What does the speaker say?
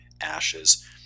Ashes